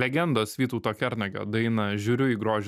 legendos vytauto kernagio dainą žiūriu į grožį